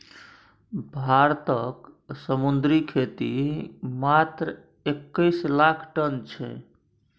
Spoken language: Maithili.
भारतक समुद्री खेती मात्र एक्कैस लाख टन छै